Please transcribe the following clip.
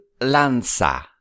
lanza